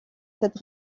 cette